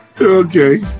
okay